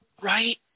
right